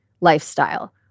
lifestyle